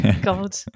God